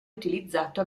utilizzato